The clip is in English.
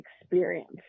experience